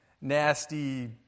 nasty